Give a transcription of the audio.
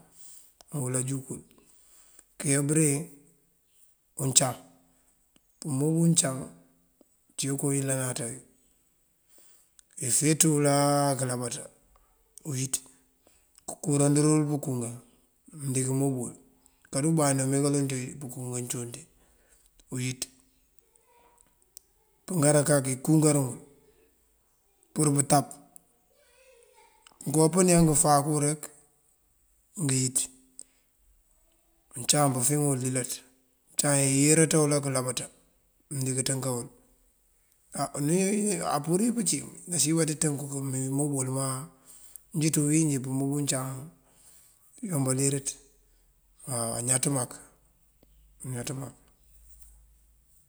Awël anjúg wël. Ayá bëreŋ uncaŋ, pëmob uncaŋ cíwun koowu yëlanáaţa wí këfeeţú wël këlabaţa uwíţ, kënkurandërël pënkungan mëëndiŋ këmob wël. Karu mbandí umeloŋ ţí pënkungan cíwun ţí uwíţ. Pëngára kak kënkungarol pur butap, ngënko mpëni á afáanku rek ngëwíţ. Uncaŋ pëfíŋ ngul lilaţ, uncaŋ iyëranţa wël akëlabaţa mëndiŋ ţënkan ngul. Á apurir pëncí nasiyën mbaţí ţënku këmee këmob wël má ţí bíwínjí pëmob uncaŋ yombaliríţ waw, añaţ mak añaţ mak.